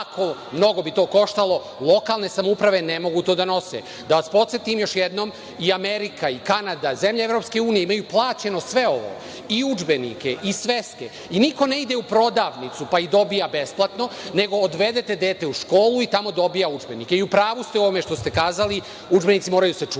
mnogo bi to koštalo, lokalne samouprave ne mogu to da nose. Da vas podsetim, još jednom, i Amerika i Kanada, zemlje EU imaju plaćeno sve ovo i udžbenike, i sveske i niko ne ide u prodavnicu, pa ih dobija besplatno, nego odvedete dete u školu i tamo dobija udžbenike. U pravu ste u ovome što ste kazali, udžbenici moraju da se čuvaju,